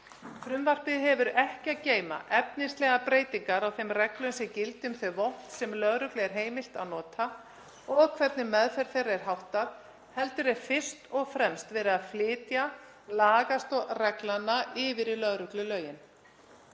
Frumvarpið hefur ekki að geyma efnislegar breytingar á þeim reglum sem gilda um þau vopn sem lögreglu er heimilt að nota og hvernig meðferð þeirra er háttað heldur er fyrst og fremst verið að flytja lagastoð reglnanna yfir í lögreglulögin.